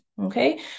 okay